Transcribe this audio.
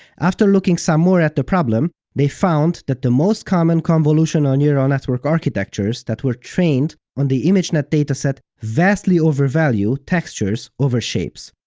after looking some more at the problem, they found that the most common convolutional neural network architectures that were trained on the imagenet dataset vastly overvalue textures over shapes.